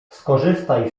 skorzystaj